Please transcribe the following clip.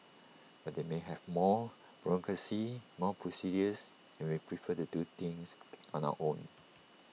but they may have more bureaucracy more procedures and we prefer to do things on our own